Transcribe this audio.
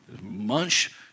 munch